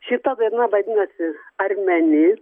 šita daina vadinasi ar meni